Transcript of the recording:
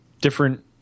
different